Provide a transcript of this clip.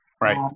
right